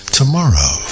tomorrow